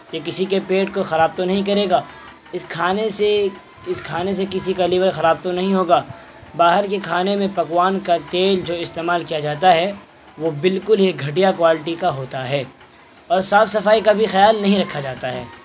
یہ کسی کے پیٹ کو خراب تو نہیں کرے گا اس کھانے سے اس کھانے سے کسی کا لیور خراب تو نہیں ہوگا باہر کے کھانے میں پکوان کا تیل جو استعمال کیا جاتا ہے وہ بالکل ہی گھٹیا کوالٹی کا ہوتا ہے اور صاف صفائی کا بھی خیال نہیں رکھا جاتا ہے